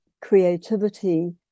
creativity